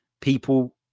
people